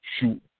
shoot